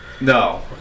No